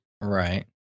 Right